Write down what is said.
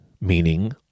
meaning